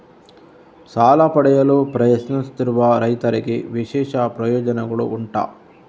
ಸಾಲ ಪಡೆಯಲು ಪ್ರಯತ್ನಿಸುತ್ತಿರುವ ರೈತರಿಗೆ ವಿಶೇಷ ಪ್ರಯೋಜನೆಗಳು ಉಂಟಾ?